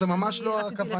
זו ממש לא הכוונה.